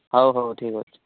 ହଉ ହଉ ଠିକ୍ ଅଛି